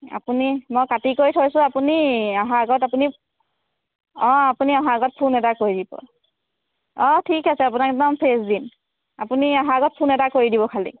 আপুনি মই কাটি কৰি থৈছোঁ আপুনি অহা আগত আপুনি অঁ আপুনি অহাৰ আগত ফোন এটা কৰি দিব অঁ ঠিক আছে আপোনাক একদম ফ্ৰেছ দিম আপুনি অহা আগত ফোন এটা কৰি দিব খালী